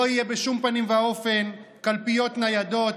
לא יהיו בשום פנים ואופן קלפיות ניידות,